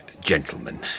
gentlemen